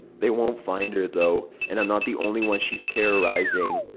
they won't find her though, and i'm not the only one she's terrorizing.